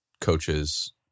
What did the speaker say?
coaches